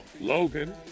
Logan